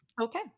Okay